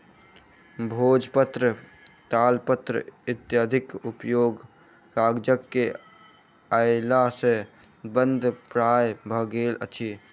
भोजपत्र, तालपत्र इत्यादिक उपयोग कागज के अयला सॅ बंद प्राय भ गेल अछि